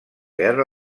guerra